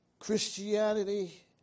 Christianity